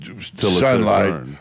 sunlight